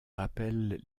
rappellent